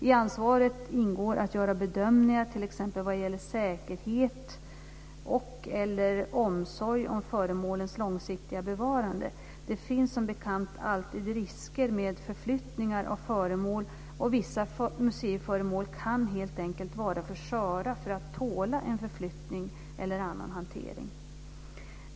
I ansvaret ingår att göra bedömningar, t.ex. vad gäller säkerhet och/eller omsorg om föremålens långsiktiga bevarande. Det finns som bekant alltid risker med förflyttningar av föremål och vissa museiföremål kan helt enkelt vara för sköra för att tåla en förflyttning eller annan hantering.